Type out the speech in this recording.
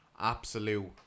absolute